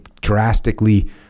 drastically